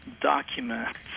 documents